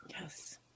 Yes